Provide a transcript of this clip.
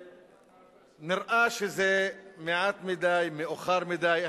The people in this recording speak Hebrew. נראה שזה מעט מדי ומאוחר מדי.